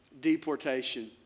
deportation